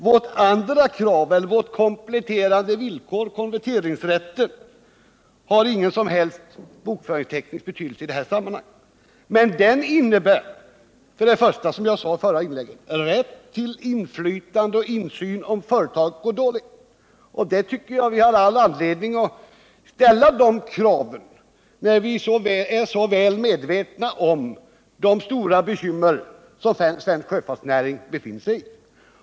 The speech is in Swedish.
Vårt krav på konverteringsrätt har ingen som helst bokföringsteknisk betydelse i det här sammanhanget. Men den medför, som jag sade i mitt förra inlägg, rätt till inflytande och insyn om företaget går dåligt. Det kravet tycker jag att vi har all anledning att ställa när vi är så väl medvetna om de stora bekymmer som svensk sjöfartsnäring har.